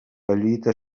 collita